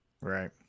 Right